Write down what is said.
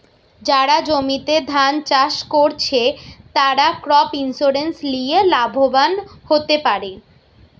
যারা জমিতে ধান চাষ কোরছে, তারা ক্রপ ইন্সুরেন্স লিয়ে লাভবান হোতে পারে